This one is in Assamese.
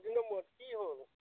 কি হ'ল